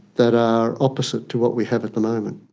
that are opposite to what we have at the moment.